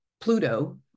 Pluto